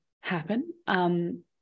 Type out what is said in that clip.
happen